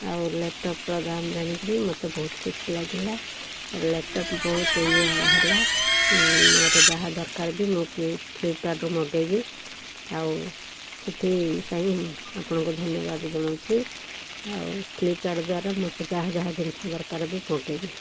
ଆଉ ଲ୍ୟାପଟପ୍ର ଦାମ ଜାଣିକିରି ମୋତେ ବହୁତ ଖୁସି ଲାଗିଲା ଲ୍ୟାପଟପ୍ ବହୁତ ଇଏ ହେଲା ମୋର ଯାହା ଦରକାର ବି ମୁଁ ଫ୍ଲିପକାର୍ଟରୁ ମଗାଇବି ଆଉ ସେଥିପାଇଁ ଆପଣଙ୍କୁ ଧନ୍ୟବାଦ ଜଣଉଛି ଆଉ ଫ୍ଲିପକାର୍ଟ ଦ୍ୱାରା ମୋତେ ଯାହା ଯାହା ଜିନିଷ ଦରକାର ବି ମଗାଇବି